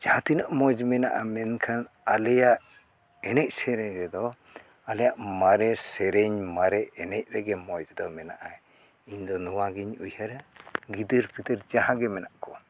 ᱡᱟᱦᱟᱸ ᱛᱤᱱᱟᱹᱜ ᱢᱚᱡᱽ ᱢᱮᱱᱟᱜᱼᱟ ᱢᱮᱱᱠᱷᱟᱱ ᱟᱞᱮᱭᱟᱜ ᱮᱱᱮᱡ ᱥᱮᱨᱮᱧ ᱨᱮᱫᱚ ᱟᱞᱮᱭᱟᱜ ᱢᱟᱨᱮ ᱥᱮᱨᱮᱧ ᱢᱟᱨᱮ ᱮᱱᱮᱡ ᱨᱮᱜᱮ ᱢᱚᱡᱽ ᱫᱚ ᱢᱮᱱᱟᱜᱼᱟ ᱤᱧᱫᱚ ᱱᱚᱣᱟᱜᱤᱧ ᱩᱭᱦᱟᱹᱨᱟ ᱜᱤᱫᱟᱹᱨ ᱯᱤᱫᱟᱹᱨ ᱡᱟᱦᱟᱸᱜᱮ ᱢᱮᱱᱟᱜ ᱠᱚᱣᱟ